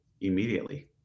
immediately